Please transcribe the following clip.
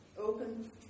open